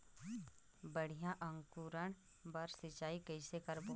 बढ़िया अंकुरण बर सिंचाई कइसे करबो?